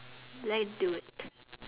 lay do it